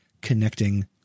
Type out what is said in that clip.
connecting